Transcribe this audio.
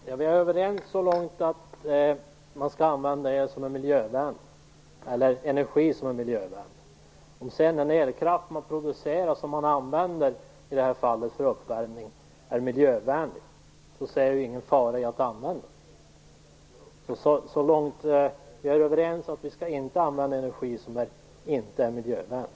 Fru talman! Vi är överens så långt att man skall använda energi som är miljövänlig. Om den elkraft som produceras i det här fallet och som används för uppvärmning är miljövänlig, ser jag ingen fara i att använda den. Vi är alltså överens om att man inte skall använda energi som inte är miljövänlig.